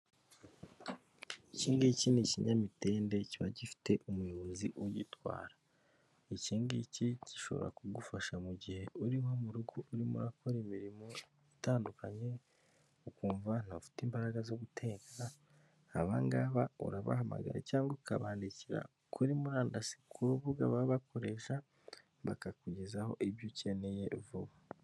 Ikindi iki ni ikinyamitende kiba gifite umuyobozi ugitwara. Iki ngiki gishobora kugufasha mu gihe uri nko mu rugo urimo urakora imirimo itandukanye ukumva ntufite imbaraga zo gu guteka, abangaba urabahamagara cyangwa ukabandikira kuri murandasi ku rubuga baba bakoresha, bakakugezaho ibyo ukeneye vuba.